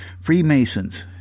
Freemasons